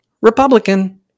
Republican